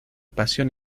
pasión